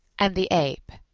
and the ape